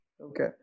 Okay